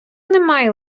немає